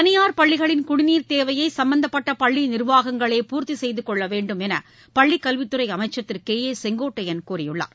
தனியார் பள்ளிகளின் குடிநீர் தேவையை சம்பந்தப்பட்ட பள்ளி நிர்வாகங்களே பூர்த்தி செய்து கொள்ள வேண்டும் என்று பள்ளி கல்வித் துறை அமைச்சர் திரு கே ஏ செங்கோட்டையன் கூறியுள்ளார்